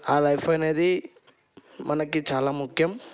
ఆ లైఫ్ అనేది మనకి చాలా ముఖ్యం